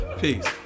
Peace